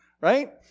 right